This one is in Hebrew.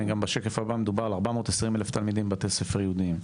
גם בשקף הבא מדובר על 420,000 תלמידים בבתי ספר יהודיים.